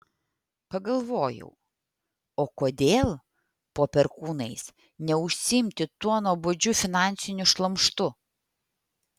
pagalvojau o kodėl po perkūnais neužsiimti tuo nuobodžiu finansiniu šlamštu